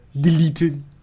deleted